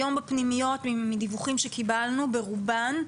היום בפנימיות מדיווחים שקיבלנו ברובן,